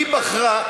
היא בחרה,